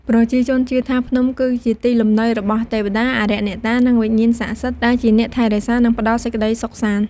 ប្រជាជនជឿថា ភ្នំគឺជាទីលំនៅរបស់ ទេវតា អារក្សអ្នកតា និង វិញ្ញាណស័ក្តិសិទ្ធិ ដែលជាអ្នកថែរក្សានិងផ្តល់សេចក្តីសុខសាន្ត។